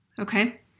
Okay